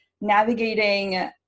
navigating